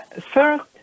first